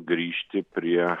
grįžti prie